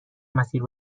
مسیر